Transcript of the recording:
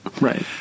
Right